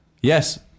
Yes